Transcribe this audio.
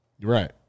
right